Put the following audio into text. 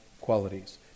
Qualities